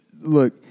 Look